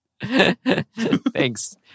Thanks